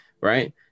right